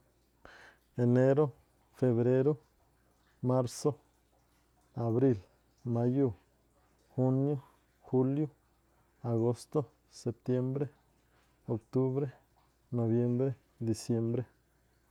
Enérú, febrérú, marsú, abríi̱l, mayúu̱, júniú, júliú, agóstú, setiémbré, oktúbrí, nobiémbré, disiembré.